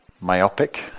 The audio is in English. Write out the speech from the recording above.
myopic